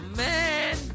man